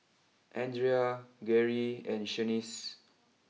Andrea Garey and Shanice